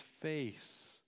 face